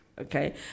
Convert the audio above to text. okay